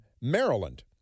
Maryland